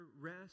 rest